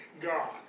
God